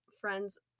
friends